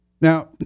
Now